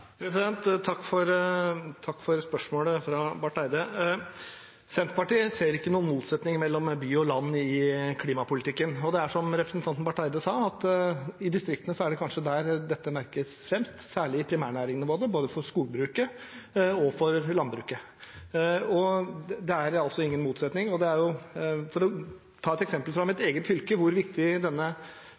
for spørsmålet fra representanten Barth Eide. Senterpartiet ser ikke noen motsetning mellom by og land i klimapolitikken, og det er, som representanten Barth Eide sa, at det kanskje er i distriktene dette merkes mest, særlig i primærnæringene – både skogbruket og landbruket. Det er altså ingen motsetning. For å ta et eksempel fra mitt eget fylke som viser hvor viktig denne sammenhengen i verdikjedene er: Vi har Norske Skog Saugbrugs, som er avhengig av en god klimapolitikk, men de er